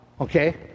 Okay